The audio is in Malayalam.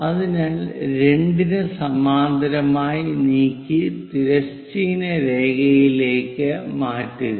അതിനാൽ 2 ന് സമാന്തരമായി നീക്കി തിരശ്ചീന രേഖയിലേക്ക് മാറ്റുക